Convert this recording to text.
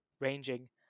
ranging